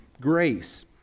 grace